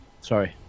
Sorry